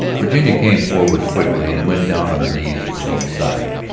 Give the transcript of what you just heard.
virginia came forward quickly and went down on her knees at lane's side.